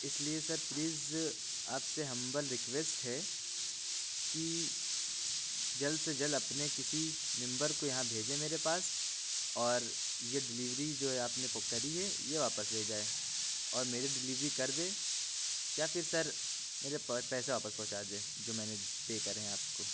اِس لیے sir please آپ سے ہمبل ریکویسٹ ہے کہ جلد سے جلد اپنے کسی ممبر کو یہاں بھیجیں میرے پاس اور یہ ڈلیوری جو ہے آپ نے بک کری ہے یہ واپس لے جائیں اور میری ڈلیوری کر دیں یا پھر سر میرے پاس پیسے واپس پہنچا دیں جو میں نے پے کرے ہیں آپ کو